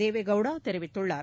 தேவ கவுடா தெரிவித்துள்ளார்